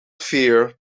fear